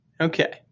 Okay